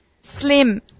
slim